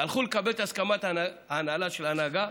הלכו לקבל את הסכמת ההנהלה של ההנהגה,